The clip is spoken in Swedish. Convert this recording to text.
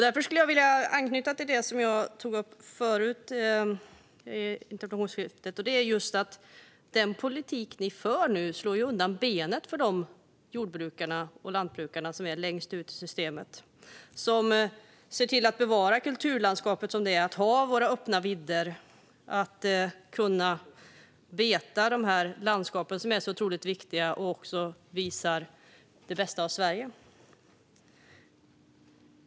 Därför skulle jag vilja anknyta till det som jag tog upp förut i ett replikskifte, och det är att den politik ni för nu slår undan benen på de jordbrukare och lantbrukare som är längst ut i systemet. De ser till att bevara kulturlandskapet med öppna vidder. Det är fråga om att beta de så otroligt viktiga landskapen och visa det bästa av Sverige.